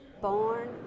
born